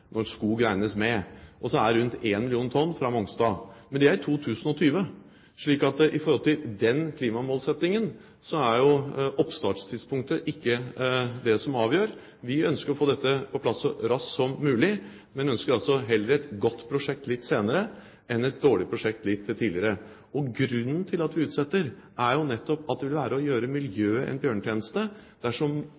når skog regnes med, og så er rundt 1 million tonn fra Mongstad. Men det er i 2020. Så i forhold til den klimamålsettingen er oppstarttidspunktet ikke det som avgjør. Vi ønsker å få dette på plass så raskt som mulig, men vi ønsker heller et godt prosjekt litt senere enn et dårlig prosjekt litt tidligere. Grunnen til at vi utsetter, er jo nettopp at det vil være å gjøre